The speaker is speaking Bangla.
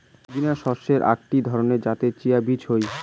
পুদিনা শস্যের আকটি ধরণ যাতে চিয়া বীজ হই